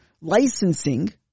licensing